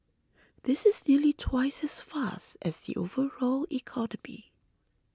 this is nearly twice as fast as the overall economy